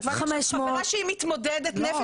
כתבה לי עכשיו חברה שהיא מתמודדת נפש,